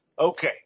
Okay